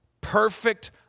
Perfect